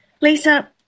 Lisa